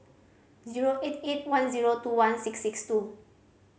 zero eight eight one zero two one six six two